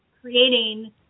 creating